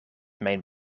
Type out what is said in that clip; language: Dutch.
mijn